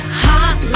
hot